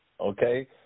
Okay